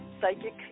psychic